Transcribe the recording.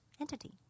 entity